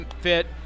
fit